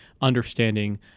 understanding